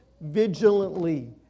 vigilantly